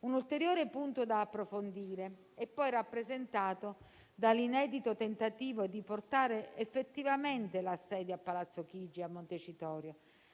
Un ulteriore punto da approfondire è poi rappresentato dall'inedito tentativo di portare effettivamente l'assedio a Palazzo Chigi e a Montecitorio,